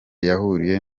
yahuriye